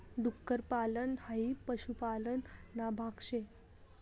डुक्कर पालन हाई पशुपालन ना भाग शे